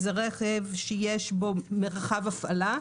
היא רכב שיש בו מרחב הפעלה.